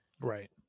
Right